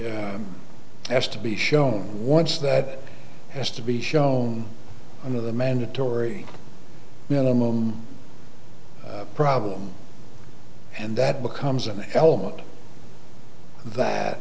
s has to be shown once that has to be shown in the mandatory minimum problem and that becomes an element